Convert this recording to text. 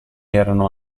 erano